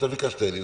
לאלי,